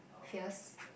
fierce